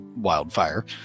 Wildfire